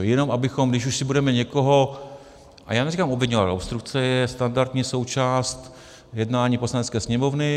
Jenom abychom, když už budeme někoho, a já neříkám obviňovat, obstrukce je standardní součást jednání Poslanecké sněmovny.